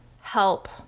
help